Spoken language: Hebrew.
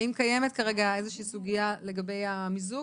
האם קיימת כרגע סוגיה לגבי המיזוג,